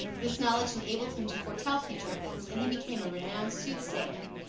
this knowledge enabled him to foretell future events, and he became a renowned soothsayer.